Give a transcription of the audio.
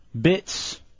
bits